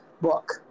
book